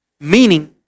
Meaning